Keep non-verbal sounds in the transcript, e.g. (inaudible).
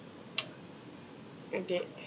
(noise) okay